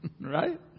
Right